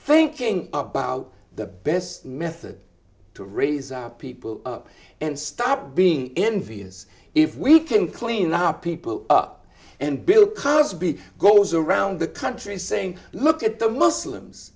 thinking about the best method to raise our people up and stop being envious if we can clean up people up and bill cosby goes around the country saying look at the muslims